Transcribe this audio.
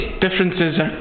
differences